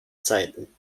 zeiten